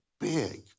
big